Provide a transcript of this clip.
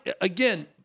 Again